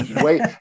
Wait